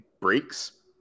Breaks